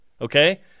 okay